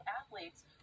athletes